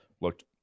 looked